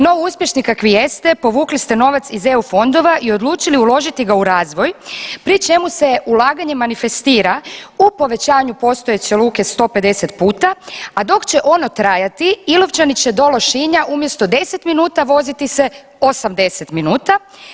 No, uspješni kakvi jeste povukli ste novac iz EU fondova i odlučili uložiti ga u razvoj pri čemu se ulaganje manifestira u povećanju postojeće luke 150 puta, a dok će ono trajati Ilovčani će do Lošinja umjesto 10 minuta voziti se 80 minuta.